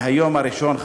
מהיום הראשון,